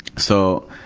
so,